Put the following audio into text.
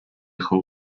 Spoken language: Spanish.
hong